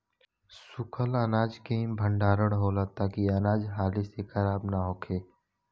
सूखल अनाज के ही भण्डारण होला ताकि अनाज हाली से खराब न होखे